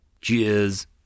Cheers